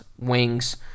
Wings